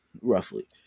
Roughly